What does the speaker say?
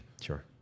Sure